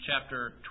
chapter